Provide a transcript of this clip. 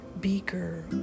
Beaker